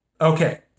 Okay